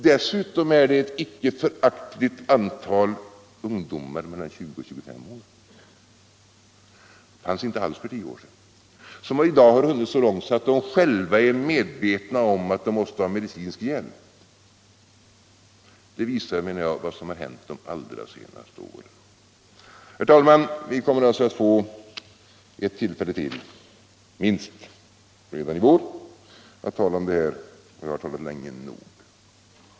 Dessutom är det ett icke föraktligt antal ungdomar mellan 20 och 25 år — och några sådana fanns det inte alls för tio år sedan —- som i dag har hunnit så långt att de själva är medvetna om att de måste ha medicinsk hjälp. Det visar, menar jag, vad som har hänt under de allra senaste åren. Herr talman! Vi kommer alltså redan i vår att få ett tillfälle till — minst — att tala om det här; jag har väl talat länge nog nu.